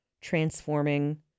transforming